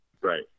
Right